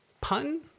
Pun